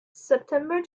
september